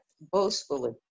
boastfully